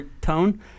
tone